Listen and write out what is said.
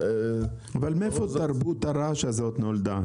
אבל מאיפה תרבות הרעש הזאת נולדה?